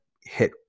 hit